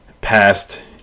past